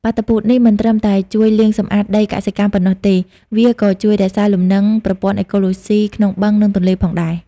បាតុភូតនេះមិនត្រឹមតែជួយលាងសម្អាតដីកសិកម្មប៉ុណ្ណោះទេ។ វាក៏ជួយរក្សាលំនឹងប្រព័ន្ធអេកូឡូស៊ីក្នុងបឹង និងទន្លេផងដែរ។